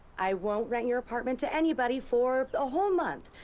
i won't rent your apartment to anybody for. a whole month.